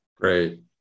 Great